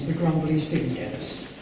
grumblies didn't get us.